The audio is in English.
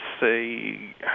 say